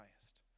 highest